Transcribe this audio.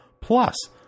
plus